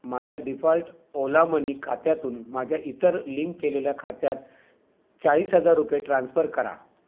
माझ्या default Ola money खात्यातून माझ्या इतर लिंक केलेल्या खात्यात चाळीस हजार रुपये ट्रान्स्फर करा